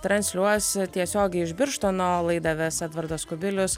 transliuos tiesiogiai iš birštono laidą ves edvardas kubilius